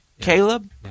Caleb